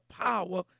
power